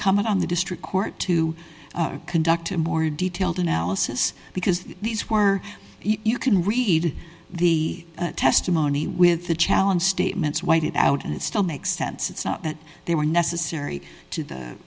incumbent on the district court to conduct a more detailed analysis because these were you can read the testimony with the challenge statements whited out and it still makes sense it's not that they were necessary to the